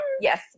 yes